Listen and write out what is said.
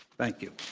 thank you.